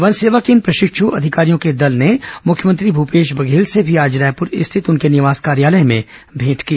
one सेवा के इस प्रशिक्षु दल ने मुख्यमंत्री भूपेश बघेल से भी आज रायपुर स्थित उनके निवास कार्यालय में भेंट की